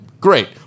great